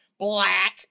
black